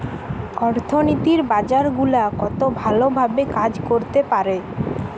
অর্থনীতির বাজার গুলা কত ভালো ভাবে কাজ করতে পারে